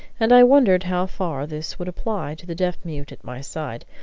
and i wondered how far this would apply to the deaf-mute at my side,